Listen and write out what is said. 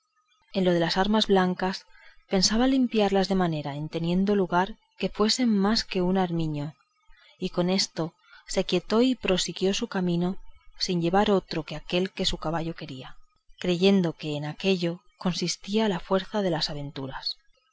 en lo de las armas blancas pensaba limpiarlas de manera en teniendo lugar que lo fuesen más que un armiño y con esto se quietó y prosiguió su camino sin llevar otro que aquel que su caballo quería creyendo que en aquello consistía la fuerza de las aventuras